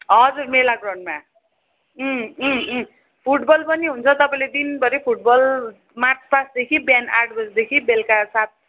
हजुर मेला ग्राउन्डमा अँ अँ अँ फुटबल पनि हुन्छ तपाईँले दिनभरी फुटबल मार्च पासदेखि बिहान आठ बजेदेखि बेलुका सात